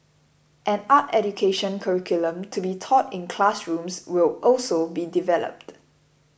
an art education curriculum to be taught in classrooms will also be developed